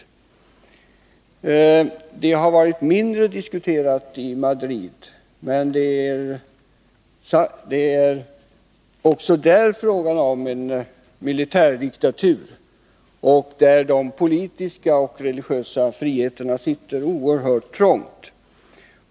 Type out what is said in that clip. Utvecklingen där har varit mindre diskuterad i Madrid, men också där är det fråga om en militärdiktatur, där de politiska och religiösa friheterna sitter trångt.